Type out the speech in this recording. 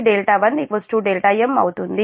కాబట్టి 1 δm అవుతుంది